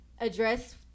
address